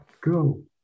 go